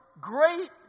great